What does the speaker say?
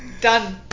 Done